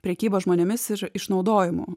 prekyba žmonėmis ir išnaudojimu